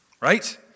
right